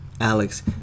Alex